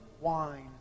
wine